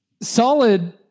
Solid